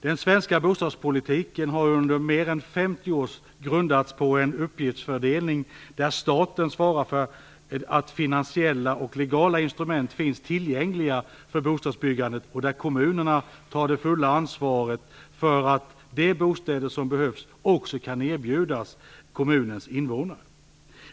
Den svenska bostadspolitiken har under mer än 50 år grundats på en uppgiftsfördelning där staten svarar för att finansiella och legala instrument finns tillgängliga för bostadsbyggandet och där kommunerna tar det fulla ansvaret för att de bostäder som behövs också kan erbjudas kommunens invånare.